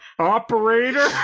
Operator